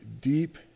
deep